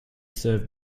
served